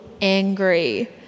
angry